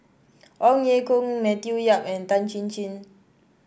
Ong Ye Kung Matthew Yap and Tan Chin Chin